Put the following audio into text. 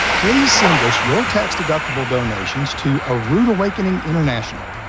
please send us your tax-deductible donations to a rood awakening international,